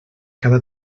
cada